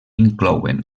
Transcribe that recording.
inclouen